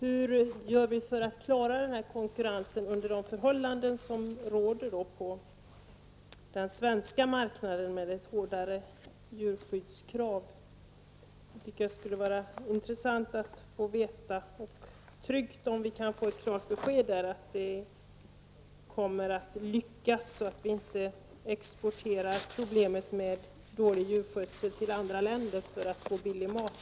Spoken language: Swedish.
Hur gör vi för att klara konkurrensen under de förhållanden som råder på den svenska marknaden med ett hårdare djurskyddskrav? Det skulle vara intressant och tryggt att få veta om vi kommer att lyckas, så att vi inte exporterar problemet med dålig djurskötsel till andra länder för att få billig mat.